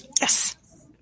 Yes